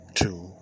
two